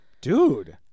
dude